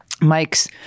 Mike's